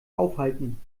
aufhalten